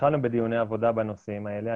התחלנו בדיוני עבודה בנושאים האלה.